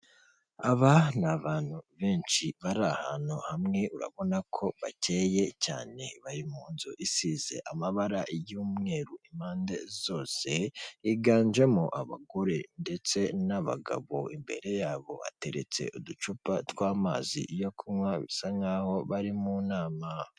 Aba ni abantu benshi bari ahantu hamwe urabona ko bakeye cyane bari mu nzu isize amabara y'umweru impande zose higanjemo abagore ndetse n'abagabo, imbere yabo hateretse uducupa tw'amazi yo kunywa bisa nk'aho bari mu nama.